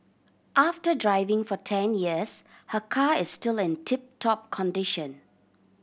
after driving for ten years her car is still in tip top condition